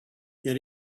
yet